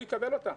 יקבל אותן.